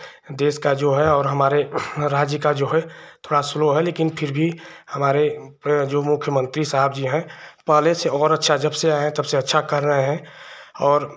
देश का जो है और हमारे राज्य का जो है थोड़ा स्लो है लेकिन फिर भी हमारे जो मुख्यमन्त्री साहब जी हैं पहले से और अच्छा जब से आए हैं तब से अच्छा कर रहे हैं और